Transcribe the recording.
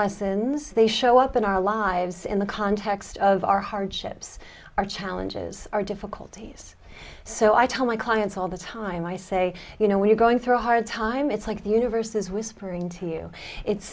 lessons they show up in our lives in the context of our hardships our challenges our difficulties so i tell my clients all the time i say you know when you're going through a hard time it's like the universe is whispering to you it's